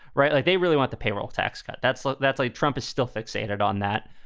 right. like they really want the payroll tax cut. that's like that's a trump is still fixated on that.